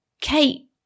Kate